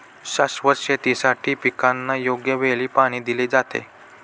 शाश्वत शेतीसाठी पिकांना योग्य वेळी पाणी दिले जाते